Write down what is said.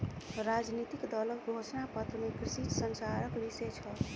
राजनितिक दलक घोषणा पत्र में कृषि संचारक विषय छल